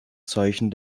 zeichen